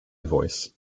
voice